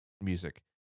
music